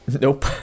nope